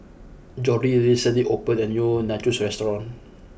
Jordy recently opened a new Nachos restaurant